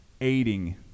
aiding